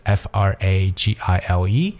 fragile